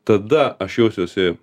tada aš jausiuosi